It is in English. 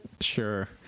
Sure